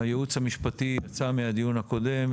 הייעוץ המשפטי יצא מהדיון הקודם,